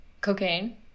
Cocaine